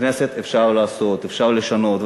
בכנסת אפשר לעשות, אפשר לשנות.